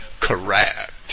correct